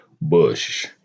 Bush